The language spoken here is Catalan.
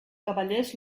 cavallers